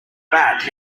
bat